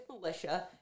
militia